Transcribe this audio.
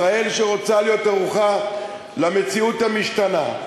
ישראל שרוצה להיות ערוכה למציאות המשתנה,